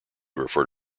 refer